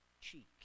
cheek